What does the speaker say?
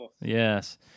yes